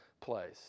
place